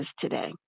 today